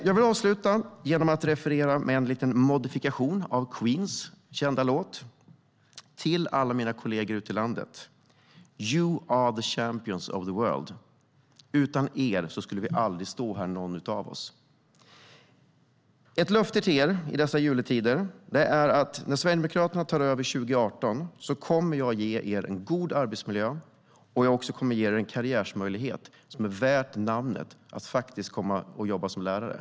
Jag vill avsluta genom en liten modifikation av Queens kända låt, till alla mina kollegor ute i landet: You are the champions of the World. Utan er skulle vi aldrig stå här, någon av oss. Ett löfte till er, i dessa juletider, är att när Sverigedemokraterna tar över 2018 kommer jag att ge er en god arbetsmiljö och också en karriärmöjlighet som är värd namnet, att faktiskt komma och jobba som lärare.